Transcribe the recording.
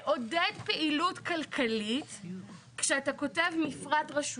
לעודד פעילות כלכלית, כשאתה כותב מפרט רשותי.